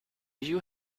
you